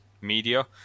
media